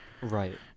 Right